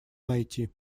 найти